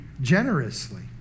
generously